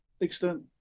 extent